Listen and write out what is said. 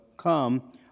come